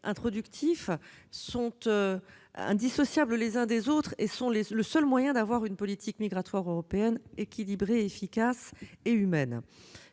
introductif sont indissociables les uns des autres et sont le seul moyen d'avoir une politique migratoire européenne équilibrée, efficace et humaine.